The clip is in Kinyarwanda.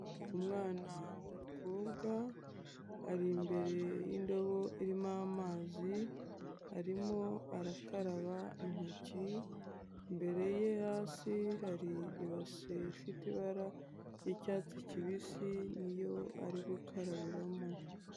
Umwana w'umukobwa ari imbere y'indobo irimo amazi arimo arakaraba intoki, imbere ye hasi hari ibase ifite ibara ry'icyatsi kibisi n'iyo ari gukarabiramo.